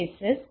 S